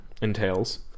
entails